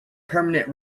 permanent